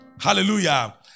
Hallelujah